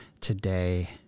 today